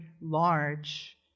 large